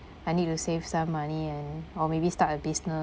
I need to save some money and or maybe start a